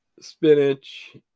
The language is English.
spinach